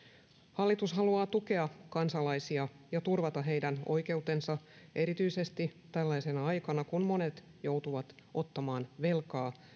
hallitus haluaa tukea kansalaisia ja turvata heidän oikeutensa erityisesti tällaisena aikana kun monet joutuvat ottamaan velkaa